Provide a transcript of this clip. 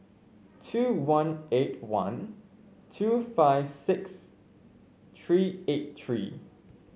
two one eight one two five six three eight three